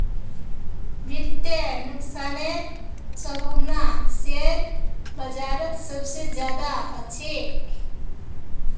वित्तीय नुकसानेर सम्भावना शेयर बाजारत सबसे ज्यादा ह छेक